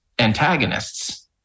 antagonists